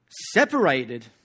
Separated